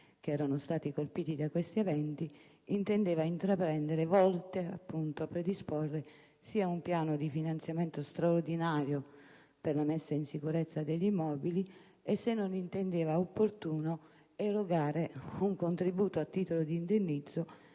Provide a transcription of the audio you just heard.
gli enti locali colpiti da tali eventi, intendeva intraprendere al fine di predisporre un piano di finanziamento straordinario per la messa in sicurezza degli immobili, e se non riteneva opportuno erogare un contributo a titolo di indennizzo